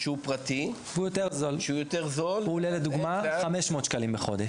שזה בוודאי דבר שמאוד מטריד אותנו.